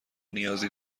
نیازی